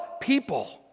people